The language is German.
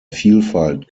vielfalt